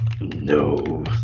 no